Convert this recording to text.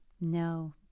No